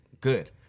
good